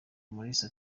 mulisa